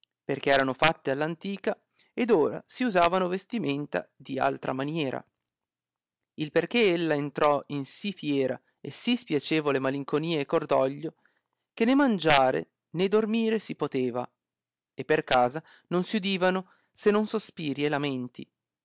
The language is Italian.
perchè erano fatte all'antica ed ora si usavano vestimenta di altra maniera il perchè ella entrò in sì fiera e sì spiacevole malinconia e cordoglio che né mangiare né dormire non poteva e per casa non si udivano se non sospiri e lamenti